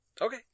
Okay